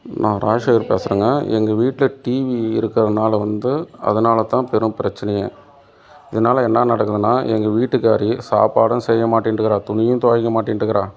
நான் ராஜசேகர் பேசுகிறேங்க எங்கள் வீட்டில டிவி இருக்கிறனால வந்து அதுனால தான் பெரும் பிரச்சனையே இதனால என்ன நடக்குதுன்னா எங்கள் வீட்டுக்காரி சாப்பாடும் செய்யமாட்டேன்னுக்குறா துணியும் துவைக்க மாட்டேன்னுக்குறா